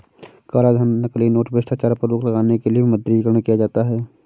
कालाधन, नकली नोट, भ्रष्टाचार पर रोक लगाने के लिए विमुद्रीकरण किया जाता है